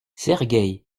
sergeï